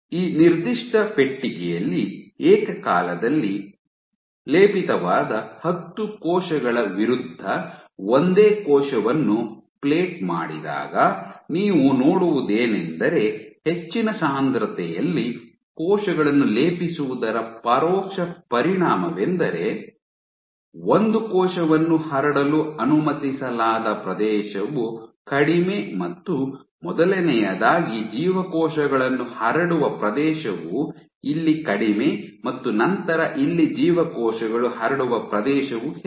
ಈ ನಿರ್ದಿಷ್ಟ ಪೆಟ್ಟಿಗೆಯಲ್ಲಿ ಏಕಕಾಲದಲ್ಲಿ ಲೇಪಿತವಾದ ಹತ್ತು ಕೋಶಗಳ ವಿರುದ್ಧ ಒಂದೇ ಕೋಶವನ್ನು ಪ್ಲೇಟ್ ಮಾಡಿದಾಗ ನೀವು ನೋಡುವುದೇನೆಂದರೆ ಹೆಚ್ಚಿನ ಸಾಂದ್ರತೆಯಲ್ಲಿ ಕೋಶಗಳನ್ನು ಲೇಪಿಸುವುದರ ಪರೋಕ್ಷ ಪರಿಣಾಮವೆಂದರೆ ಒಂದು ಕೋಶವನ್ನು ಹರಡಲು ಅನುಮತಿಸಲಾದ ಪ್ರದೇಶವು ಕಡಿಮೆ ಮತ್ತು ಮೊದಲನೆಯದಾಗಿ ಜೀವಕೋಶಗಳನ್ನು ಹರಡುವ ಪ್ರದೇಶವು ಇಲ್ಲಿ ಕಡಿಮೆ ಮತ್ತು ನಂತರ ಇಲ್ಲಿ ಜೀವಕೋಶಗಳು ಹರಡುವ ಪ್ರದೇಶವು ಹೆಚ್ಚು